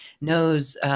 knows